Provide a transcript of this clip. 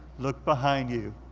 look behind you.